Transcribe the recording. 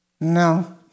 No